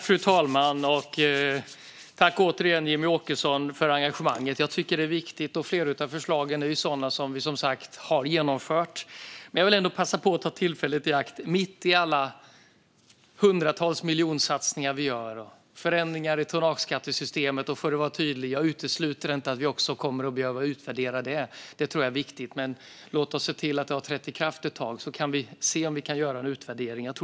Fru talman! Tack återigen, Jimmy Ståhl, för engagemanget! Jag tycker att det är viktigt. Flera av förslagen är sådana som vi, som sagt, har genomfört. Jag noterar att det sitter väldigt många ungdomar på läktaren. Jag vill därför ta tillfället i akt att säga något mitt i alla hundratals miljonsatsningar vi gör med förändringar i tonnageskattesystemet - jag utesluter inte att vi kommer att behöva utvärdera det. Det är viktigt, men vi måste nog låta det gå ett tag först innan vi gör en utvärdering.